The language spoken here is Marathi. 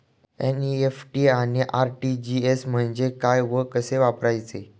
एन.इ.एफ.टी आणि आर.टी.जी.एस म्हणजे काय व कसे वापरायचे?